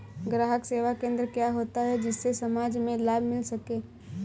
ग्राहक सेवा केंद्र क्या होता है जिससे समाज में लाभ मिल सके?